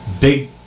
big